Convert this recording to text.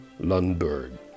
Lundberg